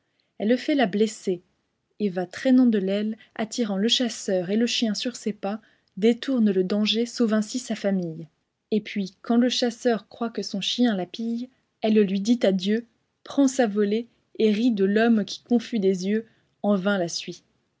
elle fait la blessée et va traînant de l'aile attirant le chasseur et le chien sur ses pas détourne le danger sauve ainsi sa famille et puis quand le chasseur croit que son chien la pille elle lui dit adieu prend sa volée et rit de l'homme qui confus des yeux en vain la suit